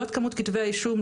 לא את כמות כתבי האישום,